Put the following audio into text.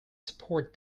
support